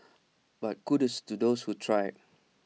but kudos to those who tried